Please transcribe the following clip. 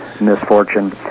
misfortune